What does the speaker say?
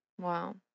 wow